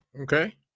Okay